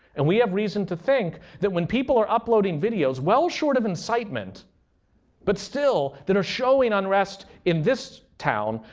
and we have reason to think that when people are uploading videos, well short of incitement but still that are showing unrest in this town,